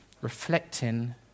reflecting